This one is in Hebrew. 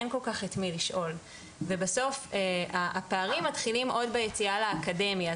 אין כל כך את מי לשאול ובסוף הפערים מתחילים עוד ליציאה לאקדמיה,